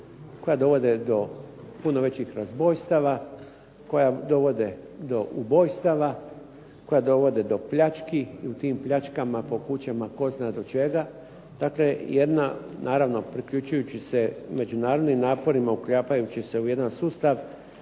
koja dovode do puno većih razbojstava, koja dovode do ubojstava, koja dovode do pljački. I u tim pljačkama po kućama tko zna do čega. Dakle, jedna naravno priključujući se međunarodnim naporima uklapajući se u jedan sustav,